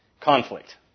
Conflict